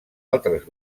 altres